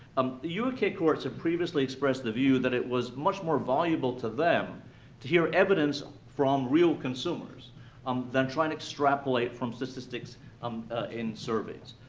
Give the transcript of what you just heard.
um the u k. courts have previously expressed the view that it was much more valuable to them to hear evidence from real consumers um than try and extrapolate from statistics um in surveys.